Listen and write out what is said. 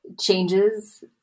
changes